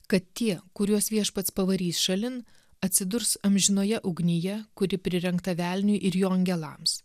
kad tie kuriuos viešpats pavarys šalin atsidurs amžinoje ugnyje kuri prirengta velniui ir jo angelams